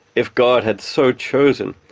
if god had so chosen,